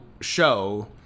show